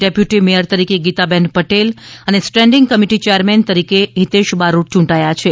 deputy mayor તરીકે ગીતાબેન પટેલ અને standing committee chairman તરીકે હિતેષ બારોટ યુંટાયા છે